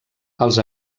els